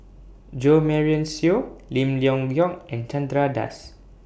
Jo Marion Seow Lim Leong Geok and Chandra Das